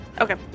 Okay